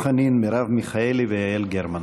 דב חנין, מרב מיכאלי ויעל גרמן.